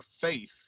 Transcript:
faith